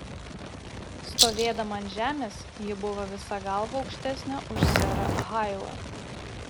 stovėdama ant žemės ji buvo visa galva aukštesnė už serą hailą